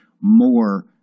more